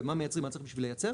ומה מייצרים ומה צריך בשביל לייצר?